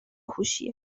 هوشیه